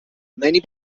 many